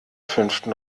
fünften